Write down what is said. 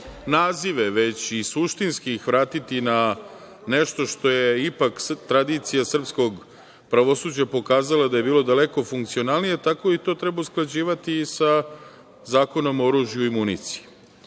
nazive već i suštinski ih vratiti na nešto što je ipak tradicija srpskog pravosuđa pokazala da je bilo daleko funkcionalnije, tako i to treba usklađivati sa Zakonom o oružju i municiji. Slažem